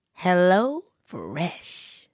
HelloFresh